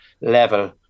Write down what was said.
level